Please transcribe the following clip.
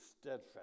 steadfast